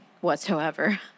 whatsoever